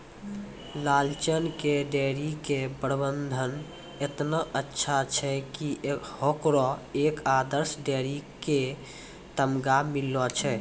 लालचन के डेयरी के प्रबंधन एतना अच्छा छै कि होकरा एक आदर्श डेयरी के तमगा मिललो छै